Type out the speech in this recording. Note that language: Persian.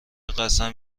قسم